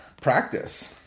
Practice